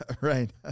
right